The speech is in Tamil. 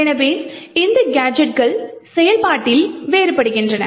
எனவே இந்த கேஜெட்கள் செயல்பாட்டில் வேறுபடுகின்றன